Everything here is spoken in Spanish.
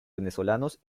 venezolanos